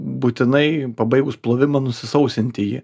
būtinai pabaigus plovimą nusisausinti jį